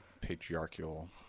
patriarchal